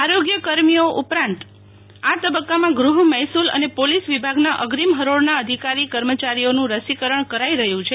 આરોગ્ય કર્મીઓ ઉપરાંત આ તબક્કામાં ગૃહ મહેસૂલ ને પોલીસ વિભાગના ગ્રીમ હરીળના ધિકારી કર્મયારીઓનું રસીકરણ કરાઈ રહ્યું છે